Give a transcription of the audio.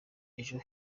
ejo